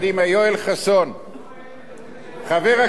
חבר הכנסת יואל חסון,